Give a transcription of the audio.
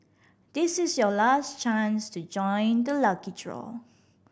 this is your last chance to join the lucky draw